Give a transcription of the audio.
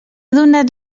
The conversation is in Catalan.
donat